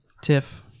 tiff